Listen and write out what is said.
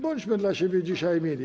Bądźmy dla siebie dzisiaj mili.